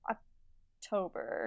October